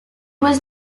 was